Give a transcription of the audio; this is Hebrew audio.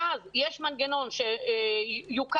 ואז יש מנגנון שיוקם.